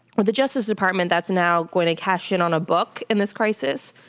but the justice department that's now going to cash in on a book in this crisis,